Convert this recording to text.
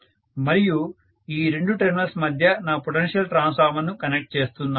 మరియు ఈ రెండు టెర్మినల్స్ మధ్య నా పొటెన్షియల్ ట్రాన్స్ఫార్మర్ ను కనెక్ట్ చేస్తున్నాను